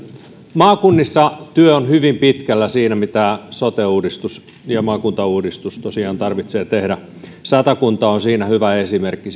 maakunnissa työ on hyvin pitkällä siinä miten sote uudistus ja maakuntauudistus tosiaan tarvitsee tehdä satakunta on siitä hyvä esimerkki